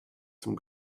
zum